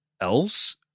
else